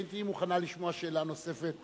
האם תהיי מוכנה לשמוע שאלה נוספת?